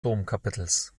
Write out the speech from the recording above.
domkapitels